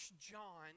John